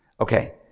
Okay